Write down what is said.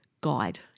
guide